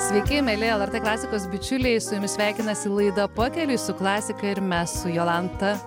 sveiki mieli lrt klasikos bičiuliai su jumis sveikinasi laida pakeliui su klasika ir mes su jolanta